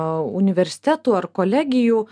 universitetų ar kolegijų